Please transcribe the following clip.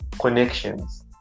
connections